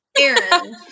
Aaron